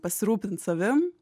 pasirūpint savim